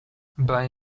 bei